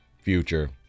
future